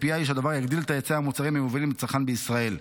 והציפייה היא שהדבר יגדיל את היצע המוצרים המיובאים לצרכן בישראל.